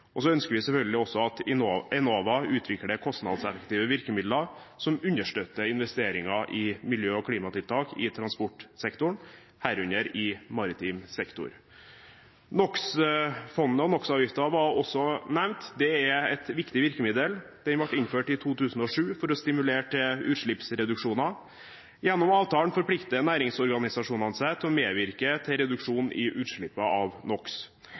og vi ønsker selvfølgelig også at Enova utvikler kostnadseffektive virkemidler som understøtter investeringer i miljø- og klimatiltak i transportsektoren, herunder i maritim sektor. NOx-fondet og NOx-avgiften var også nevnt. Det er et viktig virkemiddel. Det ble innført i 2007 for å stimulere til utslippsreduksjoner. Gjennom avtalen forplikter næringsorganisasjonene seg til å medvirke til reduksjon i utslippene av